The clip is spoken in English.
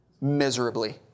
Miserably